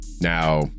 Now